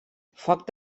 foc